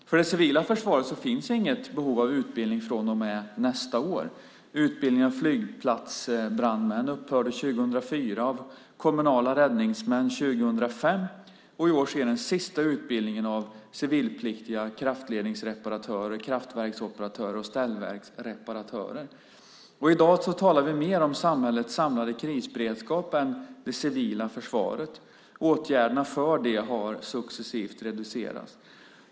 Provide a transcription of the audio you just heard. För det civila försvaret finns inget behov av utbildning från och med nästa år. Utbildningen av flygplatsbrandmän upphörde 2004, av kommunala räddningsmän 2005 och i år sker den sista utbildningen av civilpliktiga kraftledningsreparatörer, kraftverksoperatörer och ställverksreparatörer. I dag talar vi mer om samhällets samlade krisberedskap än om det civila försvaret. Åtgärderna för det har successivt reducerats.